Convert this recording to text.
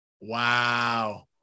wow